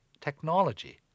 Technology